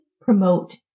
promote